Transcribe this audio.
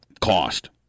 cost